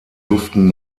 duften